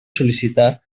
sol·licitar